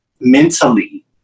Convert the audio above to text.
mentally